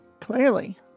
Clearly